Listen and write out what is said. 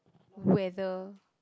weather